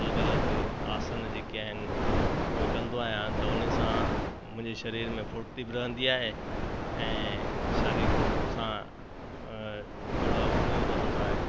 अलॻि अलॻि आसन जेके आहिनि उहे कंदो आहियां त उन सां मुंहिंजे शरीर में फुर्ती बि रहंदी आहे ऐं शारिरीक रूप सां जुड़ाव बणियो रहंदो आहे